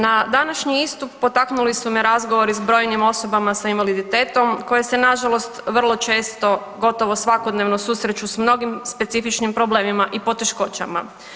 Na današnji istup potaknuli su me razgovori s brojnim osobama sa invaliditetom koje se nažalost vrlo često gotovo svakodnevno susreću s mnogim specifičnim problemima i poteškoćama.